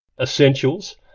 essentials